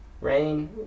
Rain